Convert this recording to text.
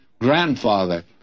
grandfather